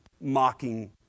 mocking